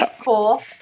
cool